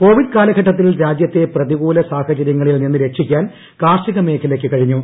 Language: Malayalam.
കോച്ചിഡ് കാലഘട്ടത്തിൽ രാജ്യത്തെ പ്രതികൂല സാഹചര്യങ്ങളിൽ ന്നിന്ന് രക്ഷിക്കാൻ കാർഷിക മേഖലക്ക് കഴിഞ്ഞു